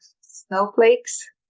snowflakes